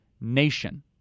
nation